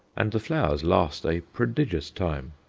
and the flowers last a prodigious time.